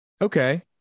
okay